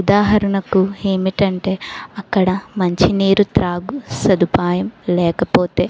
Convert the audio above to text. ఉదాహరణకు ఏమిటంటే అక్కడ మంచినీరు త్రాగు సదుపాయం లేకపోతే